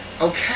okay